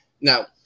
now